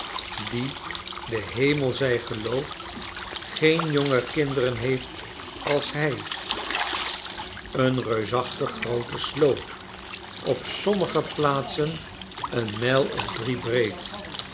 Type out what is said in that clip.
geen jonge kinderen heeft als hij een reusachtig groote sloot op sommige plaatsen een mijl of drie breed